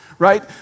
right